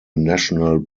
national